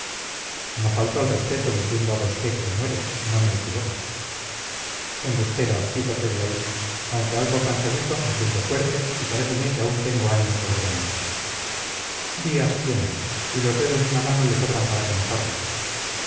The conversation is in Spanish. no falto al respeto diciéndole a vosté que se muere no me equivoco embustera quítate de ahí aunque algo cansadito me siento fuerte y paréceme que aún tengo años por delante días tiene y los dedos de una mano le sobran para contarlos